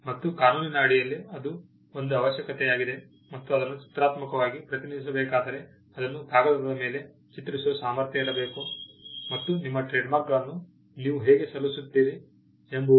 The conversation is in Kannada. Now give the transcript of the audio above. ಮತ್ತು ಕಾನೂನಿನ ಅಡಿಯಲ್ಲಿ ಅದು ಒಂದು ಅವಶ್ಯಕತೆಯಾಗಿದೆ ಮತ್ತು ಅದನ್ನು ಚಿತ್ರಾತ್ಮಕವಾಗಿ ಪ್ರತಿನಿಧಿಸಬೇಕಾದರೆ ಅದನ್ನು ಕಾಗದದ ಮೇಲೆ ಚಿತ್ರಿಸುವ ಸಾಮರ್ಥ್ಯ ಇರಬೇಕು ಮತ್ತು ನಿಮ್ಮ ಟ್ರೇಡ್ಮಾರ್ಕ್ಗಳನ್ನು ನೀವು ಹೇಗೆ ಸಲ್ಲಿಸುತ್ತೀರಿ ಎಂಬುವುದು